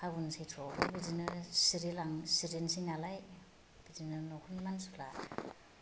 फागुन सैथ्रआवबो बिदिनो सिरिलां सिरिनोसै नालाय बिदिनो न'खरनि मानसिफ्रा